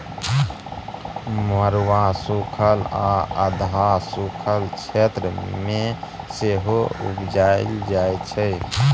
मरुआ सुखल आ अधहा सुखल क्षेत्र मे सेहो उपजाएल जाइ छै